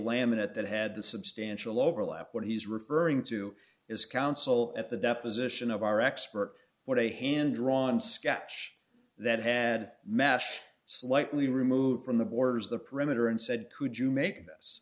laminate that had substantial overlap when he's referring to is council at the deposition of our expert what a hand drawn sketch that had mash slightly removed from the borders of the perimeter and said could you make this